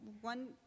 one